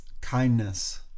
kindness